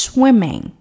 Swimming